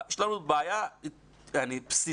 יש לנו בעיה בסיסית